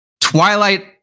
Twilight